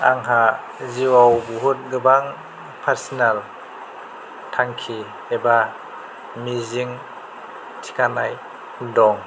आंहा जिउआव बुहुत गोबां फारस'नेल थांखि एबा मिजिं थिखानाय दं